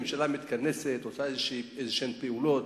הממשלה מתכנסת ועושה פעולות.